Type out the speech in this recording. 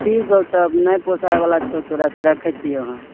ठीक हौ तब नहि पोसायवला छौ तोरासँ राखैत छियौ हम